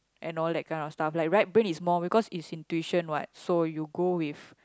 and all that kind of stuff like right brain is more because it's intuition what so you go with